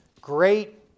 great